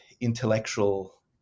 intellectual